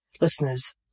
listeners